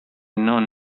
non